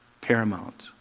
paramount